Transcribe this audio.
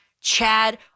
Chad